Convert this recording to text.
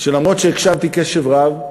שלמרות שהקשבתי קשב רב,